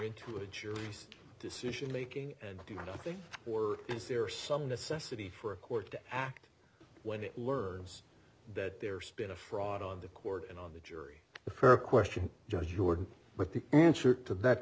in to a jury decision making and do nothing or is there some necessity for a court to act when it learns that there spin a fraud on the court and on the jury a fair question judge jordan but the answer to that